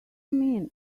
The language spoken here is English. mean